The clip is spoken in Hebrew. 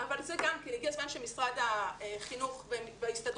הגיע הזמן שמשרד החינוך וההסתדרות,